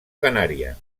canària